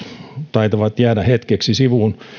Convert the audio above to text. taitavat jäädä hetkeksi sivuun